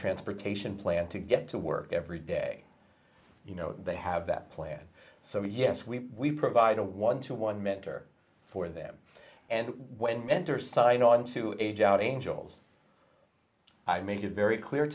transportation plan to get to work every day you know they have that plan so yes we we provide a one to one mentor for them and when mentor sign on to age out angels i make it very clear